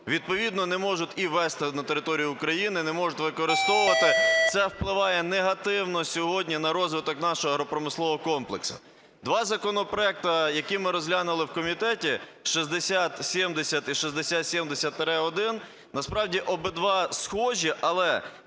відповідно не можуть і ввезти на територію України, не можуть використовувати. Це впливає негативно сьогодні на розвиток нашого агропромислового комплексу. Два законопроекти, які ми розглянули в комітеті, 6070 і 6070-1, насправді обидва схожі. Але